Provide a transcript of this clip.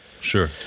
sure